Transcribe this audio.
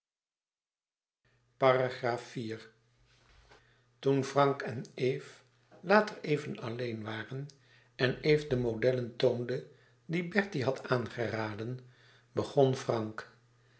iv toen frank en eve later even alleen waren en eve de modellen toonde die bertie had aangeraden begon frank